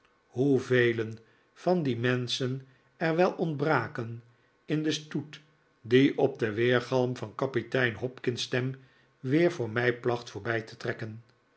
hoevelen van die menschen er wel ontbraken in den stoet die op den weergalm van kapitein hopkins stem weer voor mij placht voorbij te trekken